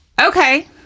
Okay